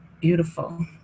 Beautiful